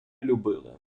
любили